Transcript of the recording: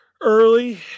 early